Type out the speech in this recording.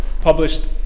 published